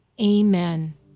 Amen